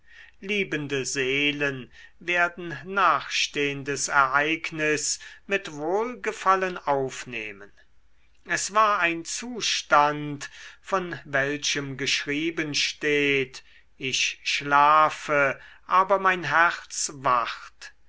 liebende seelen werden nachstehendes ereignis mit wohlgefallen aufnehmen es war ein zustand von welchem geschrieben steht ich schlafe aber mein herz wacht